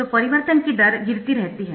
तो परिवर्तन की दर गिरती रहती है